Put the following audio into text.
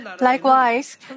Likewise